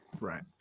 Right